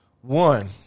One